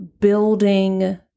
building